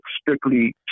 strictly